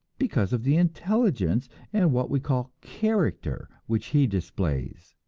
because of the intelligence and what we call character which he displays.